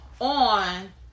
on